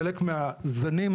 חלק מהזנים,